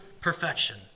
perfection